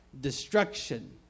destruction